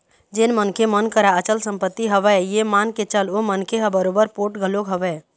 जेन मनखे मन करा अचल संपत्ति हवय ये मान के चल ओ मनखे ह बरोबर पोठ घलोक हवय